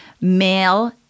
male